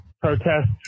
protests